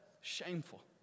Shameful